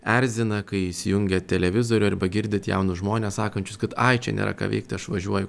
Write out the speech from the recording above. erzina kai įsijungiat televizorių arba girdit jaunus žmones sakančius kad ai čia nėra ką veikti aš važiuoju